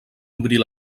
obrir